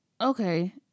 Okay